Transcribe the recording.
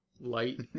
light